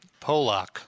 Polak